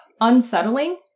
unsettling